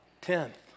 tenth